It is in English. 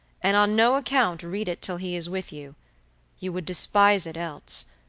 and on no account read it till he is with you you would despise it else,